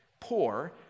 poor